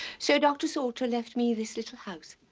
so dr. salter left me this little house